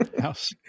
house